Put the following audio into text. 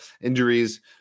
injuries